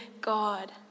God